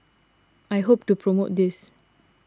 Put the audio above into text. I hope to promote this